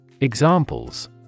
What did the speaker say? Examples